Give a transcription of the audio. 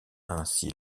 ainsi